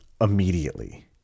immediately